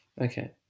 Okay